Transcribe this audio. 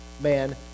man